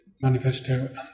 manifesto